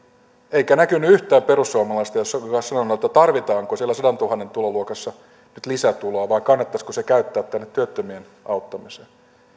eikä näkynyt yhtään perussuomalaista joka olisi sanonut että tarvitaanko siellä sadassatuhannessa tuloluokassa nyt lisätuloa vai kannattaisiko se käyttää tänne työttömien auttamiseen